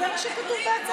נראה לי שקיש כתב לכם.